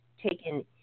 taken